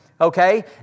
okay